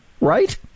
right